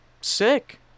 Sick